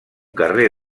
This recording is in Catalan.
carrer